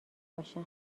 باشم